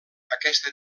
aquesta